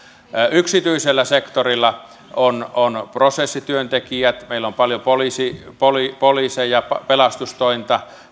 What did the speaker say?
yksityisellä sektorilla on on prosessityöntekijät meillä on paljon poliiseja pelastustointa